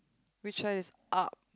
which side is up